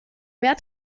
mehr